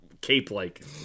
cape-like